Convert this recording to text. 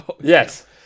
Yes